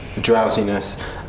drowsiness